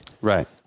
Right